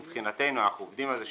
מבחינתנו אנחנו עובדים על זה,